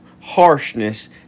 harshness